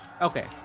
Okay